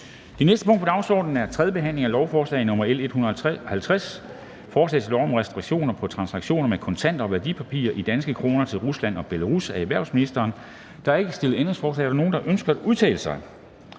Det næste punkt på dagsordenen er: 3) 3. behandling af lovforslag nr. L 150: Forslag til lov om restriktioner på transaktioner med kontanter og værdipapirer i danske kroner til Rusland og Belarus. Af erhvervsministeren (Simon Kollerup). (Fremsættelse